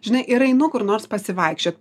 žinai ir ainu kur nors pasivaikščiot